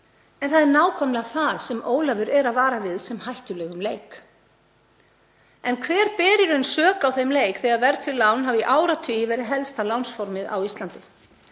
En það er nákvæmlega það sem Ólafur er að vara við sem hættulegum leik. En hver ber í raun sök á þeim leik þegar verðtryggð lán hafa í áratugi verið helsta lánsformið á Íslandi?